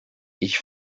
ich